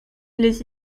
les